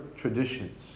traditions